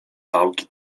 pałki